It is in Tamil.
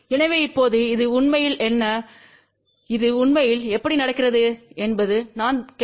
எனவே இப்போது இது உண்மையில் என்ன அது உண்மையில் எப்படி நடக்கிறது என்பதுதான் கேள்வி